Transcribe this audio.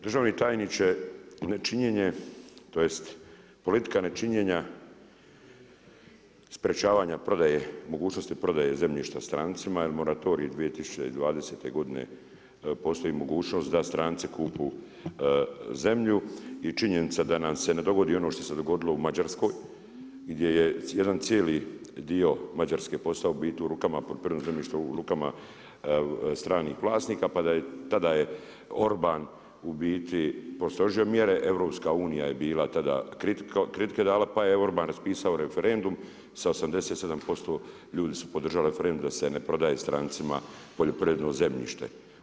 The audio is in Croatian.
Državni tajniče, nečinjenje, tj. politika nečinjenja, sprečavanja mogućnosti prodaje zemljišta strancima jer moratorij 2020. godine, postoji mogućnost da stranci kupe zemlju i činjenica da nam se dogodi ono što nam se dogodilo u Mađarskoj gdje je jedan cijeli dio Mađarske postao biti u rukama poljoprivrednog zemljišta, u rukama stranih vlasnika pa je tada Orban u biti postrožio mjere, EU je bila tada kritike dala, pa je Orban raspisao referendum sa 87% ljudi su podržali referendum da se ne prodaje strancima poljoprivredno zemljište.